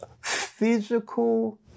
physical